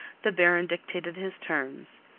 the baron dictated his terms.